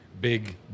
big